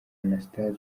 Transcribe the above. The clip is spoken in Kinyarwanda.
anastase